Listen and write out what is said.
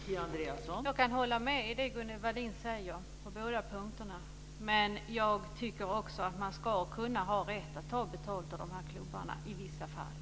Fru talman! Jag kan på båda punkterna instämma i det som Gunnel Wallin säger, men jag tycker också att man ska ha rätt att i vissa fall ta betalt av de här klubbarna.